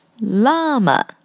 llama